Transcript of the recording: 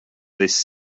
this